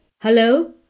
Hello